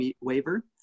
Waiver